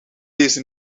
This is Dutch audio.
deze